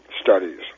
studies